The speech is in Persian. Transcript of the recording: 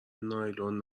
نایلون